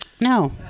No